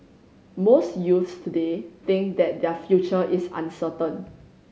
most youths today think that their future is uncertain